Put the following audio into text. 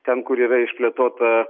ten kur yra išplėtota